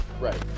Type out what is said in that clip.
Right